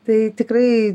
tai tikrai